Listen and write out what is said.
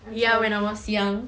I'm sorry